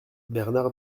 bernard